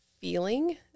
feeling